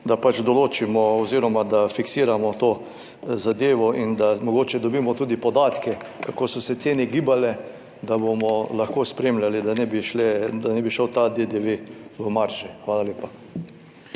da pač določimo oziroma fiksiramo to zadevo in da mogoče dobimo tudi podatke, kako so se cene gibale, da bomo lahko spremljali, da ne bi šel ta DDV v marže. Hvala lepa.